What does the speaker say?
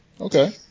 Okay